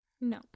No